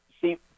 See